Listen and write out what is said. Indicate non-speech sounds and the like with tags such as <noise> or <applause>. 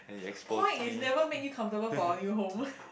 point is never make you comfortable for a new home <laughs>